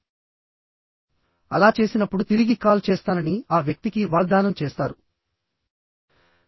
మరియు మీరు అలా చేసినప్పుడు మీరు తిరిగి కాల్ చేస్తానని ఆ వ్యక్తికి వాగ్దానం చేస్తారు మరియు మీరు కూడా తీసుకుంటారు